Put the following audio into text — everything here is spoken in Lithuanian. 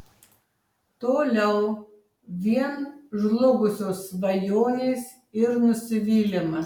toliau vien žlugusios svajonės ir nusivylimas